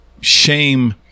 shame